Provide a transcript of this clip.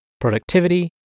productivity